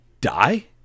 die